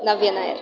Navya Nair